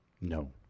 No